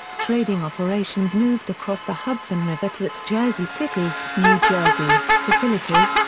trading operations moved across the hudson river to its jersey city, new jersey, facilities,